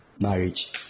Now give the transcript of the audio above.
marriage